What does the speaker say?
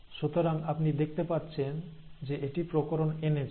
সুতরাং আপনি দেখতে পাচ্ছেন যে এটি প্রকরণ এনেছে